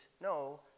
no